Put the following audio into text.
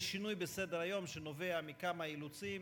זה שינוי בסדר-היום שנובע מכמה אילוצים.